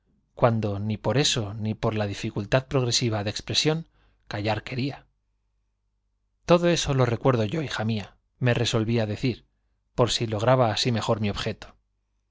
cuando ni por eso ni por la dificultad progresiva de expresión callar quería lo recuerdo yo mía resolví rtodo eso hija me así mejor mi objeto